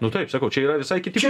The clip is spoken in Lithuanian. nu taip sakau čia yra visai kiti